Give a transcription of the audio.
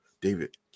david